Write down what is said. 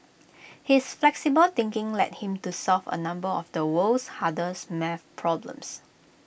his flexible thinking led him to solve A number of the world's hardest math problems